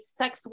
sex